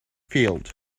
field